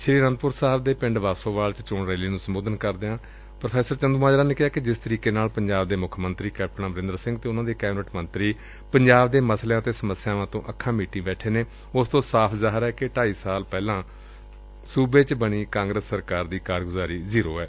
ਸ੍ਰੀ ਆਨੰਦਪੁਰ ਸਾਹਿਬ ਦੇ ਪਿੰਡ ਬਾਸੋਵਾਲ ਵਿਖੇ ਚੋਣ ਰੈਲੀ ਨੂੰ ਸੰਬੋਧਨ ਕਰਦਿਆਂ ਪ੍ਰੋ ਚੰਦੁਮਾਜਰਾ ਨੇ ਕਿਹਾ ਕਿ ਜਿਸ ਤਰੀਕੇ ਨਾਲ ਪੰਜਾਬ ਦੇ ਮੁੱਖ ਮੰਤਰੀ ਕੈਪਟਨ ਅਮਰੰਦਰ ਸੰਘ ਅਤੇ ਉਨ੍ਹਾਂ ਦੇ ਕੈਬਨਿਟ ਮੰਤਰੀ ਪੰਜਾਬ ਦੇ ਮਸਲਿਆਂ ਅਤੇ ਸਮੱਸਿਆਵਾਂ ਤੋਂ ਅੱਖਾਂ ਮੀਟੀ ਬੈਠੇ ਹਨ ਉਸ ਤੋਂ ਸਾਫ਼ ਜ਼ਾਹਿਰ ਹੈ ਕਿ ਢਾਈ ਸਾਲ ਪਹਿਲਾਂ ਸੁਬੇ 'ਚ ਬਣੀ ਕਾਂਗਰਸ ਸਰਕਾਰ ਦੀ ਕਾਰਗੁਜ਼ਾਰੀ ਜ਼ੀਰੋ ਏ